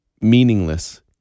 meaningless